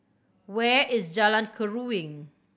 where is Jalan Keruing